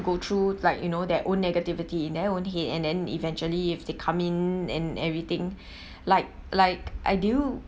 go through like you know their own negativity in their own head and then eventually if they come in and everything like like I deal